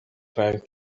trying